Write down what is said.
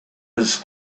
his